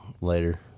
later